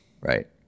Right